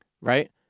right